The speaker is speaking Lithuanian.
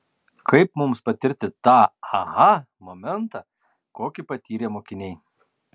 kaip mums patirti tą aha momentą kokį patyrė mokiniai